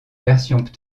versions